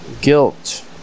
guilt